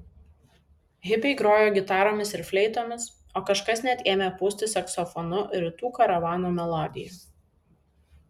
hipiai grojo gitaromis ir fleitomis o kažkas net ėmė pūsti saksofonu rytų karavano melodiją